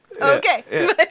okay